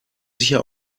sicher